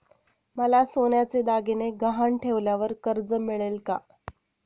मला सोन्याचे दागिने गहाण ठेवल्यावर कर्ज मिळेल का?